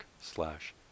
slash